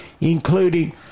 including